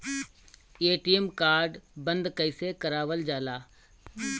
ATM card बन्द कईसे करावल जाला?